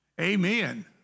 Amen